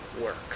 work